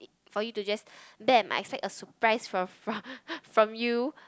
for you to just damn I expect a surprise from from from you